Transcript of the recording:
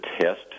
test